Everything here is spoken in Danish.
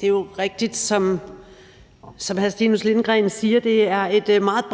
Det er jo rigtigt, som hr. Stinus Lindgreen siger, at det er en meget